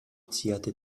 zierte